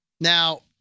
Now